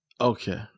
Okay